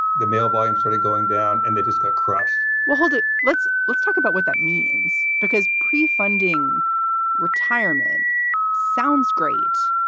the mail volume sort of going down and they just got crushed well, hold it. let's let's talk about what that means, because prefunding retirement sounds great,